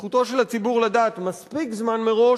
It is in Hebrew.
זכותו של הציבור לדעת מספיק זמן מראש,